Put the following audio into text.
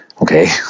okay